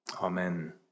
Amen